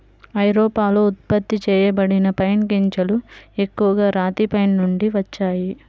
ఐరోపాలో ఉత్పత్తి చేయబడిన పైన్ గింజలు ఎక్కువగా రాతి పైన్ నుండి వచ్చాయి